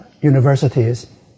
universities